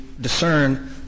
discern